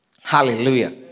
Hallelujah